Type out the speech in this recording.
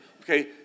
Okay